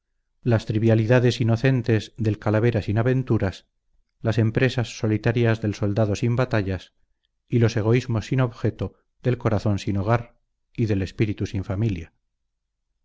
las trivialidades inocentes del calavera sin aventuras las empresas solitarias del soldado sin batallas y los egoísmos sin objeto del corazón sin hogar y del espíritu sin familia